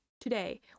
today